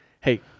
Hey